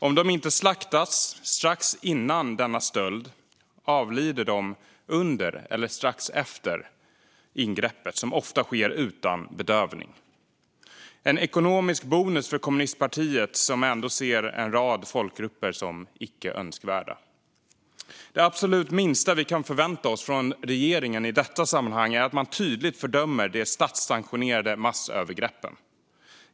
Om de inte slaktas strax före denna stöld avlider de under eller strax efter ingreppet, som ofta sker utan bedövning. Det här är en ekonomisk bonus för kommunistpartiet som ändå ser en rad folkgrupper som icke önskvärda. Det absolut minsta vi kan förvänta oss från regeringen i detta sammanhang är att man tydligt fördömer de statssanktionerade massövergreppen.